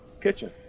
kitchen